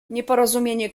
nieporozumienie